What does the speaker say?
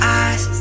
eyes